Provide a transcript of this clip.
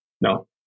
no